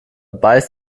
beißt